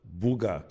buga